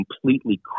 completely